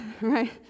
Right